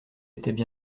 étaient